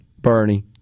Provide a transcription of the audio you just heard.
Bernie